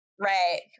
Right